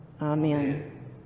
Amen